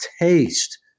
taste